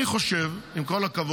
אני חושב, עם כל הכבוד,